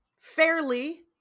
Fairly